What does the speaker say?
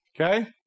okay